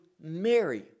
Mary